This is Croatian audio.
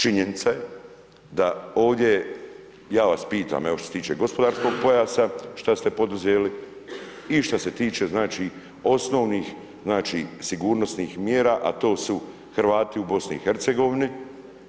Činjenica je da ovdje, ja vas pitam, evo što se tiče gospodarskog pojasa šta ste poduzeli i šta se tiče znači osnovnih, znači sigurnosnih mjera a to su Hrvati u BiH-a.